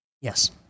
Yes